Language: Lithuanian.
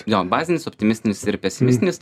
jo bazinis optimistinis ir pesimistinis